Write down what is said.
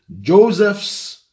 Joseph's